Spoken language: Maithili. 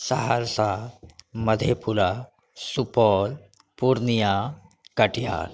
सहरसा मधेपुरा सुपौल पूर्णिया कटिहार